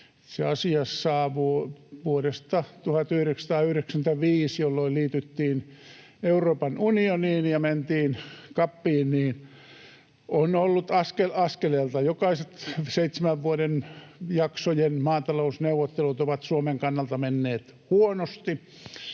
itse asiassa vuodesta 1995, jolloin liityttiin Euroopan unioniin ja mentiin CAPiin, on ollut askel askeleelta. Jokaiset seitsemän vuoden jakson maatalousneuvottelut ovat Suomen kannalta menneet huonosti.